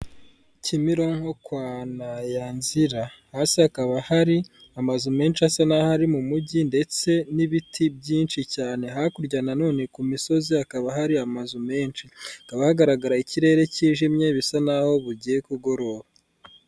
Kimironko kwa Nayanzira, hasi hakaba hari amazu menshi asa n'aho ari mu mujyi, ndetse n'ibiti byinshi cyane, hakurya na none ku misozi hakaba hari amazu menshi, hakaba hagaragara ikirere kijimye, bisa naho bugiye kugoroba.